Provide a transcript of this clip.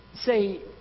say